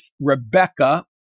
Rebecca